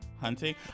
hunting